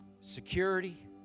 security